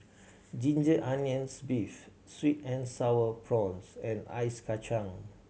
ginger onions beef sweet and Sour Prawns and ice kacang